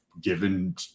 given